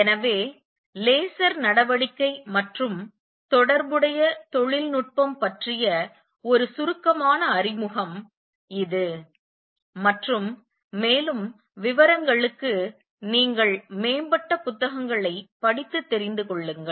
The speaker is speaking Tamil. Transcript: எனவே லேசர் நடவடிக்கை மற்றும் தொடர்புடைய தொழில்நுட்பம் பற்றிய ஒரு சுருக்கமான அறிமுகம் இது மற்றும் மேலும் விவரங்களுக்கு நீங்கள் மேம்பட்ட புத்தகங்களைப் படித்து தெரிந்து கொள்ளுங்கள்